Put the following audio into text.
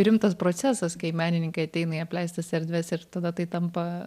rimtas procesas kai menininkai ateina į apleistas erdves ir tada tai tampa